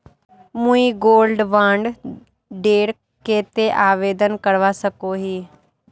मुई gold bond डेर केते आवेदन करवा सकोहो ही?